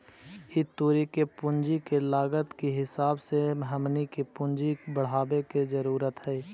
ई तुरी के पूंजी के लागत के हिसाब से हमनी के पूंजी बढ़ाबे के जरूरत हई